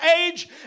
age